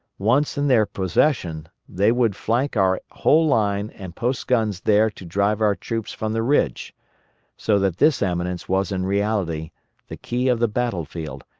once in their possession they would flank our whole line and post guns there to drive our troops from the ridge so that this eminence was in reality the key of the battle-field,